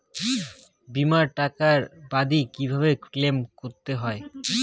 বিমার টাকার দাবি কিভাবে ক্লেইম করতে হয়?